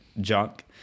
junk